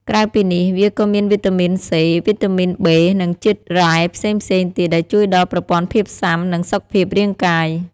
ក្រៅពីនេះវាក៏មានវីតាមីនសេ វីតាមីនប៊េ និងជាតិរ៉ែផ្សេងៗទៀតដែលជួយដល់ប្រព័ន្ធភាពស៊ាំ និងសុខភាពរាងកាយ។